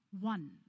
one